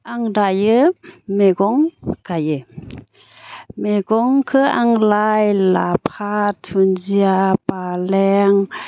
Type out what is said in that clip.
आं दायो मैगं गायो मैगंखो आं लाइ लाफा दुनदिया फालें